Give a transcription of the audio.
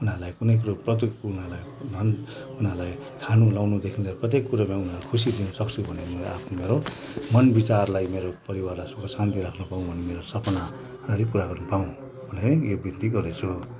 उनीहरूलाई कुनै कुराको उनीहरूलाई धन उनीहरूलाई खानु लगाउनुदेखि लिएर प्रत्येक कुरामा उनीहरूलाई खुसी दिन सक्छु भन्ने आफ्नो मेरो मन विचारलाई मेरो परिवारलाई सुख शान्ति राख्न पाऊँ भन्ने मेरो सपनाधरि पुरा गर्न पाऊँ भन्ने यो बिन्ती गर्दछु